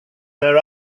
their